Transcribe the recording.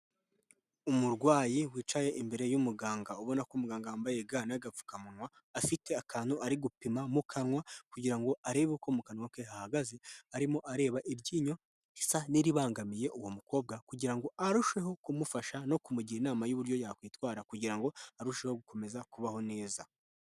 Umurwayi wicaye imbere y'umuganga ubona ko umuganga yambaye ga n'agapfukamunwa afite akantu ari gupima mu kanwa kugira ngo arebe uko mu kanwa ke hahagaze. Arimo areba iryinyo risa n'iribangamiye uwo mukobwa kugira ngo arusheho kumufasha no kumugira inama y'uburyo yakwitwara kugira ngo arusheho gukomeza kubaho neza.